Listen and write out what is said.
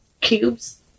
cubes